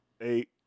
Eight